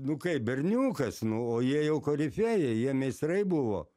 nu kaip berniukas nu o jie jau korifėjai jie meistrai buvo